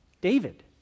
David